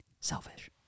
Selfish